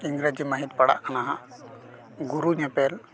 ᱤᱝᱨᱮᱡᱤ ᱢᱟᱹᱦᱤᱛ ᱯᱟᱲᱟᱜ ᱠᱟᱱᱟ ᱦᱟᱸᱜ ᱜᱩᱨᱩ ᱧᱮᱯᱮᱞ